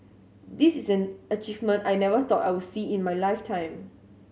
this is an achievement I never thought I would see in my lifetime